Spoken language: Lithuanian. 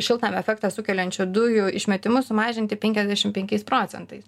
šiltnamio efektą sukeliančių dujų išmetimus sumažinti penkiasdešim penkiais procentais